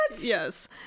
Yes